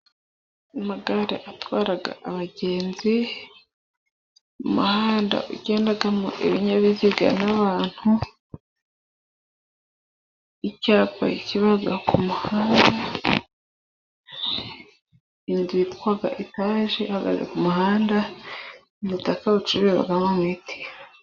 Amagare atwara abagenzi. Umuhanda ugendamo ibinyabiziga n'abantu. Icyapa kiba ku muhanda. Inzu yitwa etage ihagaze ku muhanda. Umutaka bucuruzamo mutiyu.